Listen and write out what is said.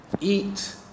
Eat